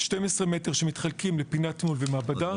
12 מטרים שמתחלקים לפינת מיהול ומעבדה,